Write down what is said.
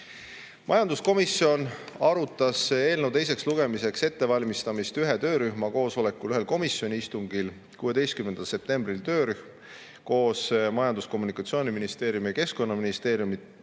Majanduskomisjon arutas eelnõu teiseks lugemiseks ettevalmistamist ühel töörühma koosolekul, ühel komisjoni istungil, 16. septembril oli töörühm koos Majandus- ja Kommunikatsiooniministeeriumi ja Keskkonnaministeeriumi